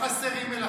חסרות מלאכות,